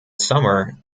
summer